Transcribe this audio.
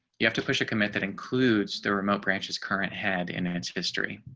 you have to push a commit that includes the remote branches current had in its history.